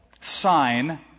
sign